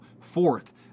fourth